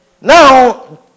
Now